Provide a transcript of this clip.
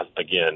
again